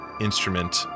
instrument